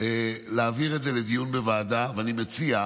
להעביר את זה לדיון בוועדה, ואני מציע: